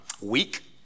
weak